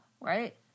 right